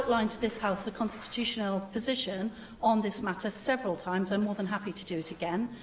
like to this house the constitutional position on this matter several times. i'm more than happy to do it again.